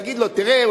להגיד לו: תראה,